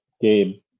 Gabe